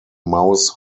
mouse